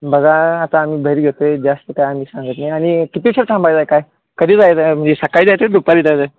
बघा आता आम्ही दर घेतो आहे जास्त काय आम्ही सांगत नाही आणि किती उशीर थांबायचं आहे काय कधी जायचं आहे म्हणजे सकाळी जायचं आहे दुपारी जायचं आहे